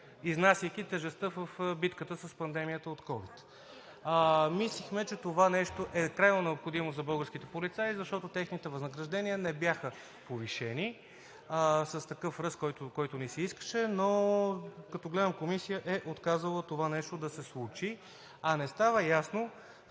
изнасяйки тежестта в битката с пандемията от ковид. Мислехме, че това нещо е крайно необходимо за българските полицаи, защото техните възнаграждения не бяха повишени с такъв ръст, който ни се искаше. Но като гледам, комисията е отказала това нещо да се случи. А не става ясно